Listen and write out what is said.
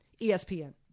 ESPN